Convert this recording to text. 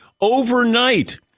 Overnight